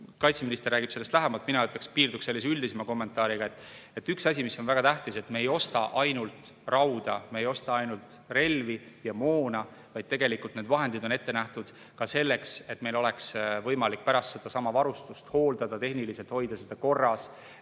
kaitseminister räägib sellest lähemalt, aga mina piirduksin sellise üldisema kommentaariga. Üks asi, mis on väga tähtis, on see: me ei osta ainult rauda, me ei osta ainult relvi ja moona, vaid tegelikult need vahendid on ette nähtud ka selleks, et meil oleks võimalik pärast sedasama varustust hooldada ja tehniliselt hoida seda korras,